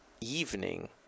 evening